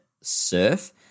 Surf